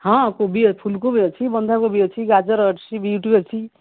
ହଁ କୋବି ଅ ଫୁଲକୋବି ଅଛି ବନ୍ଧାକୋବି ଅଛି ଗାଜର ଅଛି ବିଟ ଅଛି